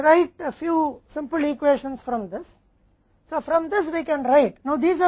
इसके अलावा हम इसे लिख सकते हैं